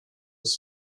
was